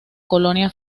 colonia